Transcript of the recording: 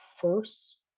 first